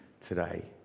today